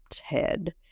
head